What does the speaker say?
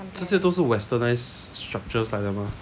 这些多是 westernised structures 来的吗